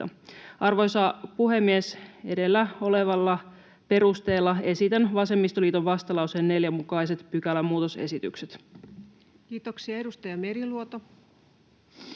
Arvoisa puhemies! Edellä olevalla perusteella esitän vasemmistoliiton vastalauseen 4 mukaiset pykälämuutosesitykset. Kiitoksia. — Edustaja Meriluoto.